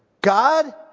God